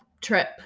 trip